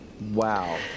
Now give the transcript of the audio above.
Wow